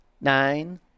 nine